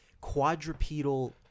quadrupedal